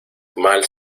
mal